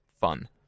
fun